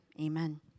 Amen